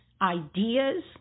ideas